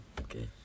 Okay